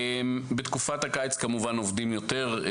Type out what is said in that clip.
בתקופת הקיץ כמובן עובדים יותר.